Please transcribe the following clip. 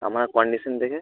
আপনার কন্ডিশান দেখে